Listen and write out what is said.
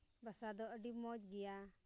ᱵᱷᱟᱥᱟ ᱫᱚ ᱟᱹᱰᱤ ᱢᱚᱡᱽ ᱜᱮᱭᱟ